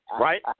right